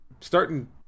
starting